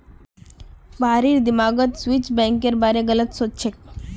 भारिर दिमागत स्विस बैंकेर बारे गलत सोच छेक